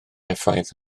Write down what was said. effaith